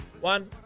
One